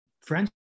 friends